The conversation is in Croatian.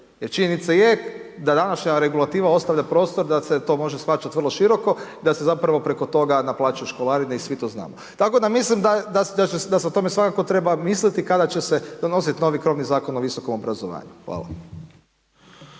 Jer činjenica je da današnja regulativa ostavlja prostor da se to može shvaćati vrlo široko da se zapravo preko toga naplaćuje školarina i svi to znamo, tako da mislim da se o tome svakako treba misliti kada će se donositi novi krovni zakon o visokom obrazovanju. Hvala.